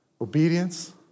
Obedience